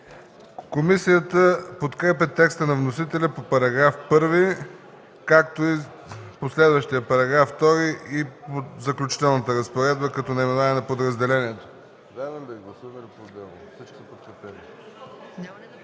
Комисията подкрепя текста на вносителя по § 1, както и последващия § 2 и „Заключителната разпоредба”, като наименование на подразделението.